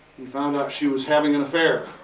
he found out she was having an affair.